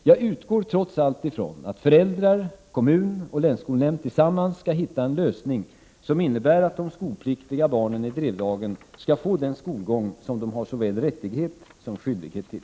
Jag utgår trots allt från att föräldrar, kommun och länsskolnämnd tillsammans skall hitta en lösning som innebär att de skolpliktiga barnen i Drevdagen skall få den skolgång som de har såväl rättighet som skyldighet till.